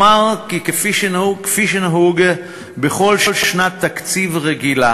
אומר כי כפי שנהוג בכל שנת תקציב רגילה